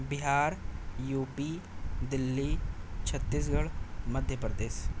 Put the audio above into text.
Bihar UP Delhi Chhattisgarh Madhya Pradesh